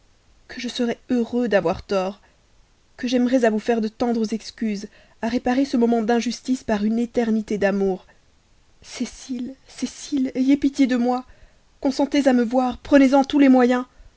que je serais heureux d'avoir tort que j'aimerais à vous faire de tendres excuses à réparer ce moment d'injustice par une éternité d'amour cécile cécile ayez pitié de moi consentez à me voir prenez-en tous les moyens